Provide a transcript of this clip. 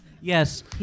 Yes